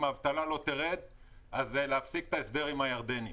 האבטלה לא תרד אז להפסיק את ההסדר עם הירדנים.